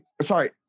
Sorry